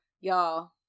Y'all